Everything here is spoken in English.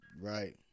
Right